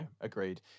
Agreed